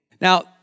Now